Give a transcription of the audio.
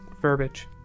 verbiage